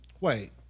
Wait